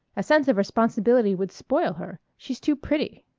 a sense of responsibility would spoil her. she's too pretty.